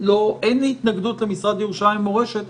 אין לי התנגדות למשרד ירושלים מורשת,